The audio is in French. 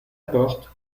porte